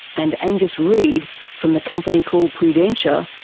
and angus reed from the company called prudentia,